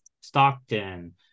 Stockton